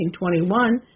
1921